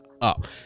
up